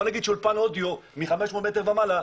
בוא נגיד שאולפן אודיו מ-500 מטרים ומעלה,